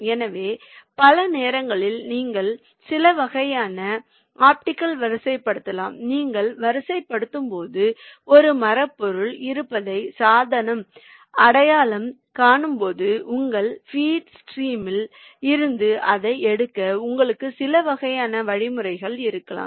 எனவே பல நேரங்களில் நீங்கள் சில வகையான ஆப்டிகல் வரிசைப்படுத்தலாம் நீங்கள் வரிசைப்படுத்தும்போது ஒரு மரப் பொருள் இருப்பதை சாதனம் அடையாளம் காணும் போது உங்கள் ஃபீட் ஸ்ட்ரீமில் இருந்து அதை எடுக்க உங்களுக்கு சில வகையான வழிமுறைகள் இருக்கலாம்